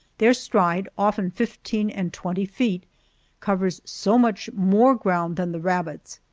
their stride often fifteen and twenty feet covers so much more ground than the rabbit's,